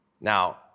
Now